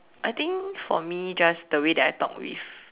I think for me just the way that I talk with